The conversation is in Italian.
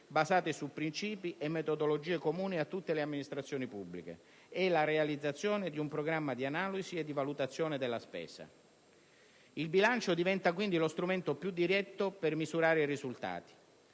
basato su principi e metodologie comuni a tutte le amministrazioni pubbliche, e la realizzazione di un programma di analisi e valutazione della spesa. Il bilancio diventa quindi lo strumento più diretto per misurare i risultati.